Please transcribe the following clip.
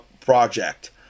Project